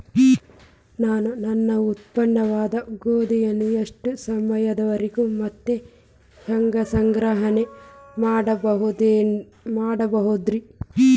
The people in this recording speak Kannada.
ನಾನು ನನ್ನ ಉತ್ಪನ್ನವಾದ ಗೋಧಿಯನ್ನ ಎಷ್ಟು ಸಮಯದವರೆಗೆ ಮತ್ತ ಹ್ಯಾಂಗ ಸಂಗ್ರಹಣೆ ಮಾಡಬಹುದುರೇ?